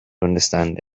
understand